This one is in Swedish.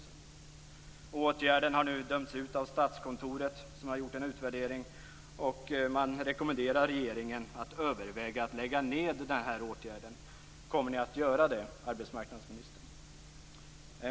Åtgärden har nu dömts ut av Statskontoret, som har gjort en utvärdering. Man rekommenderar regeringen att överväga att lägga ned den åtgärden. Kommer ni att göra det, arbetsmarknadsministern?